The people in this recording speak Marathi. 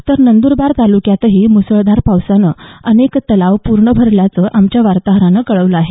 तर नंदुरबार तालुक्यातही मुसळधार पावसानं अनेक तलाव पूर्ण भरल्याचं आमच्या वार्ताहरानं कळवलं आहे